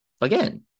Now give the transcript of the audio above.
Again